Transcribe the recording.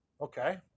Okay